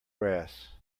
grass